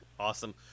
Awesome